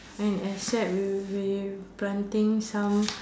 and except we will be planting some